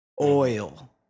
Oil